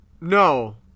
No